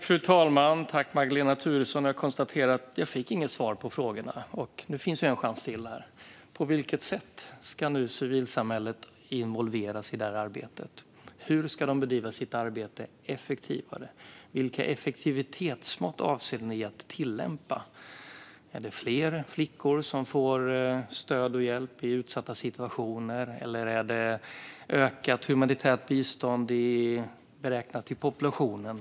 Fru talman och Magdalena Thuresson! Jag konstaterar att jag inte fick något svar på frågorna. Nu finns det en chans till. På vilket sätt ska civilsamhället nu involveras i arbetet? Hur ska det bedriva sitt arbete effektivare? Vilka effektivitetsmått avser ni att tillämpa? Är det fler flickor som får stöd och hjälp i utsatta situationer, eller är det ökat humanitärt bistånd beräknat efter populationen?